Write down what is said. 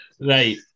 Right